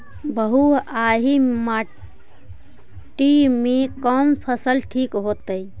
बलुआही मिट्टी में कौन फसल ठिक होतइ?